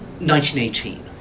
1918